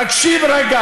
תקשיב רגע.